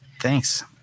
Thanks